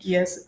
Yes